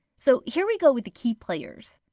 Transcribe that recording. so here we go with the key players.